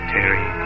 Terry